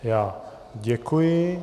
Já děkuji.